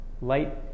light